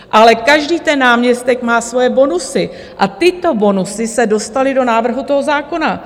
Ale každý ten náměstek má svoje bonusy a tyto bonusy se dostaly do návrhu toho zákona.